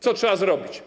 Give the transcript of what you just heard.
Co trzeba zrobić?